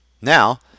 Now